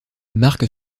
marque